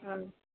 ஆ